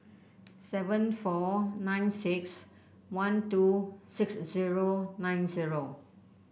seven four nine six one two six zero nine zero